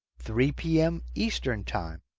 three p m. eastern time.